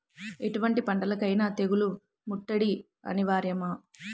ఎటువంటి పంటలకైన తెగులు ముట్టడి అనివార్యమా?